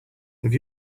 have